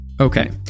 Okay